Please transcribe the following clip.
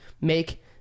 make